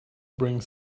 bring